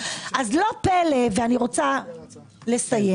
אז לא פלא ואני רוצה לסיים